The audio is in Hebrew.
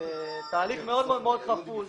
תהליך מאוד מאוד חפוז,